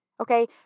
Okay